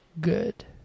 good